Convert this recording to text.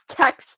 text